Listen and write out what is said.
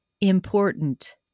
important